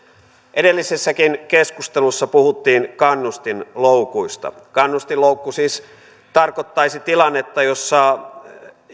edellisessäkin keskustelussa puhuttiin kannustinloukuista kannustinloukku siis tarkoittaisi tilannetta jossa